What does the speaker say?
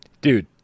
dude